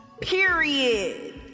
Period